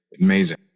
Amazing